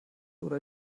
oder